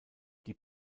die